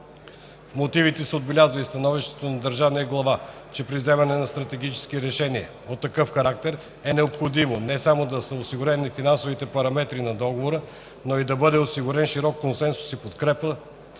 В мотивите се отбелязва и становището на държавния глава, че при вземането на стратегически решения от такъв характер е необходимо не само да са осигурени финансовите параметри на договора, но и да бъде осигурен широк консенсус и подкрепа.